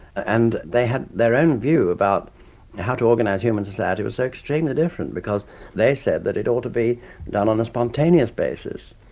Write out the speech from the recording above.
and they had their own view about how to organise human society, which was extremely different because they said that it ought to be done on a spontaneous basis.